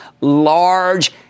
large